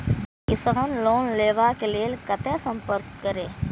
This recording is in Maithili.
किसान लोन लेवा के लेल कते संपर्क करें?